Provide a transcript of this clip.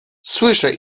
słyszę